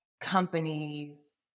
companies